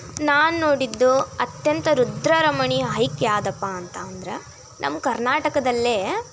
ನಾನು ನೋಡಿದ್ದು ಅತ್ಯಂತ ರುದ್ರ ರಮಣೀಯ ಹೈಕ್ ಯಾವುದಪ್ಪಾ ಅಂತ ಅಂದರೆ ನಮ್ಮ ಕರ್ನಾಟಕದಲ್ಲೇ